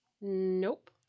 Nope